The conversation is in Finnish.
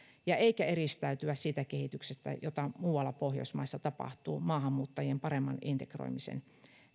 eikä eristäydyttävä siitä kehityksestä jota muualla pohjoismaissa tapahtuu maahanmuuttajien paremman työmarkkinoille integroimisen